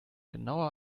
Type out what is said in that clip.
genauer